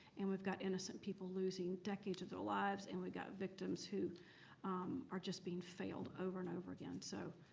and we've got innocent people losing decades of their lives. and we've got victims who are just being failed over and over again. so